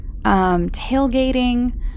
Tailgating